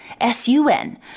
S-U-N